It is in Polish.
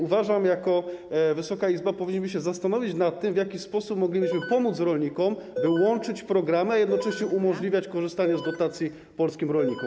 Uważam, że jako Wysoka Izba powinniśmy się zastanowić nad tym, w jaki sposób moglibyśmy pomóc rolnikom, by łączyć programy, a jednocześnie umożliwiać korzystanie z dotacji polskim rolnikom.